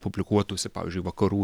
publikuotųsi pavyzdžiui vakarų